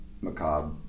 macabre